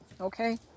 Okay